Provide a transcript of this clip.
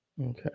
okay